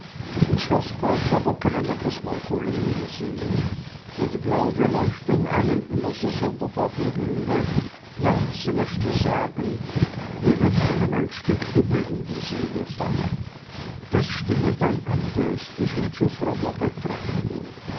im schloßpark aber könne man das mausoleum sehen wo die blaue beleuchtung einen immer so sonderbar berühre ja sie möchte sagen wie wenn einem ein stück himmel in die seele falle das stimme dann andächtig und zu frommer betrachtung